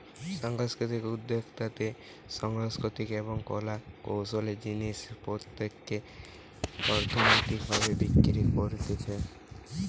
সাংস্কৃতিক উদ্যোক্তাতে সাংস্কৃতিক এবং কলা কৌশলের জিনিস পত্রকে অর্থনৈতিক ভাবে বিক্রি করতিছে